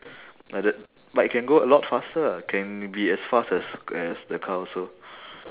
like that but I can go a lot faster ah can be as fast as as the car also